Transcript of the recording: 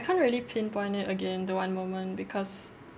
can't really pinpoint it again the one moment because